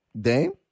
Dame